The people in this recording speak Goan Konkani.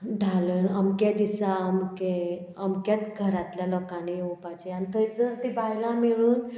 धाल्यान अमके दिसा अमके अमक्यात घरांतल्या लोकांनी येवपाची आनी थंयसर ती बायलां मेळून